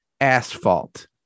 asphalt